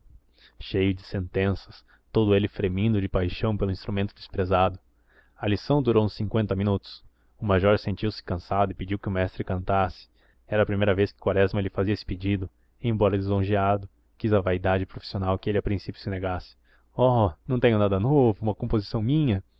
cheio de sentenças todo ele fremindo de paixão pelo instrumento desprezado a lição durou uns cinqüenta minutos o major sentiu-se cansado e pediu que o mestre cantasse era a primeira vez que quaresma lhe fazia esse pedido embora lisonjeado quis a vaidade profissional que ele a princípio se negasse oh não tenho nada novo uma composição minha